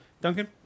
Duncan